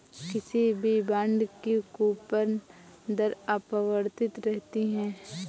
किसी भी बॉन्ड की कूपन दर अपरिवर्तित रहती है